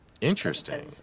Interesting